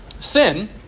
Sin